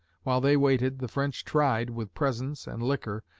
while they waited, the french tried, with presents and liquor,